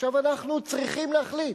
עכשיו אנחנו צריכים להחליט,